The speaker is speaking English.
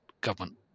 government